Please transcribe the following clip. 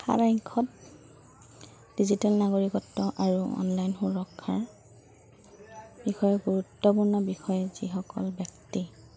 সাৰাংখ্যত digital নাগৰিকত্ব আৰু online সুৰক্ষাৰ বিষয়ে গুৰুত্বপূৰ্ণ বিষয়ে যিসকল ব্যক্তি